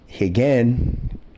again